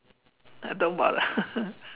uh don't bother